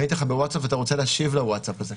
פניתי אליך בוואטסאפ ואתה רוצה להשיב לוואטסאפ הזה.